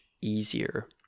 easier